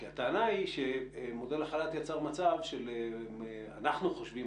הטענה היא שמודל החל"ת יצר מצב בו אנחנו חושבים